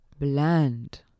bland